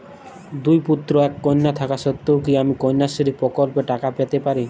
দুই পুত্র এক কন্যা থাকা সত্ত্বেও কি আমি কন্যাশ্রী প্রকল্পে টাকা পেতে পারি?